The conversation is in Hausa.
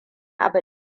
abu